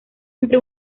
entre